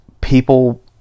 people